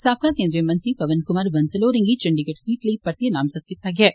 साबका केन्द्रिय मंत्री पवन कुमार बंसल होरें गी चंडीगढ़ सीट लेई परतियै नामजद कीता गेआ ऐ